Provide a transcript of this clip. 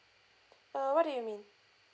uh what do you mean